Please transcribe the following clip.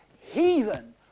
heathen